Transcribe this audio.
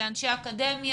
אם אלה אנשי אקדמיה,